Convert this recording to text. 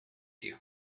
you